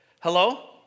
Hello